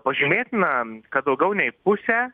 pažymėtina kad daugiau nei pusę